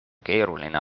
keeruline